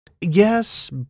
yes